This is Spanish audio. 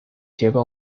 lleva